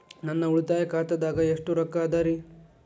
ನನ್ನ ಉಳಿತಾಯ ಖಾತಾದಾಗ ಎಷ್ಟ ರೊಕ್ಕ ಅದ ರೇ?